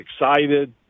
excited